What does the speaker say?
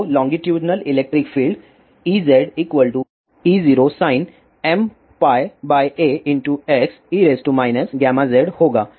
तो longitudinal electric field EzE0sin mπax e γz होगा